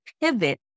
pivot